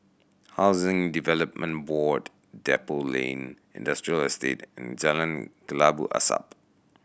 Housing Development Board Depot Lane Industrial Estate and Jalan Kelabu Asap